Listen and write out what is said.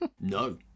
No